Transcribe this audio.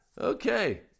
Okay